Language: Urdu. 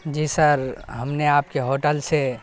جی سر ہم نے آپ کے ہوٹل سے